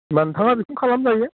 होमबा नोंथाङा बेखौनो खालामजायो